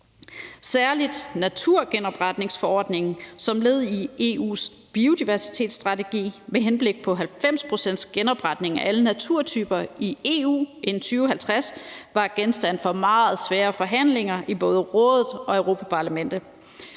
Særlig naturgenopretningsforordningen som led i EU's biodiversitetsstrategi med henblik på 90 pct.s genopretning af alle naturtyper i EU inden 2050 var genstand for meget svære forhandlinger i både Rådet og Europa-Parlamentet.